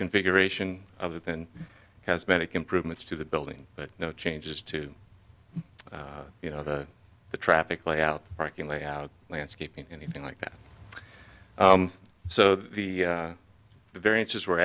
configuration other than has medic improvements to the building but no changes to you know the the traffic layout parking layout landscaping anything like that so the variances we're